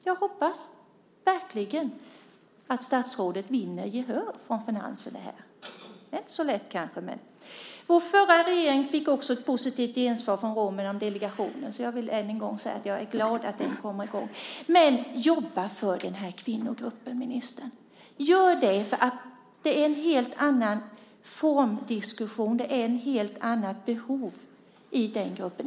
Jag hoppas verkligen att statsrådet vinner gehör från Finansdepartementet i det här. Det är kanske inte så lätt. Vår förra regering fick också ett positivt gensvar från romerna om delegationen. Jag vill därför än en gång säga att jag är glad att den kommer i gång. Men jobba för den här kvinnogruppen, ministern! Gör det, för det är en helt annan formdiskussion, och det finns ett helt annat behov i den gruppen.